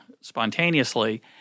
spontaneously